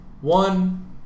one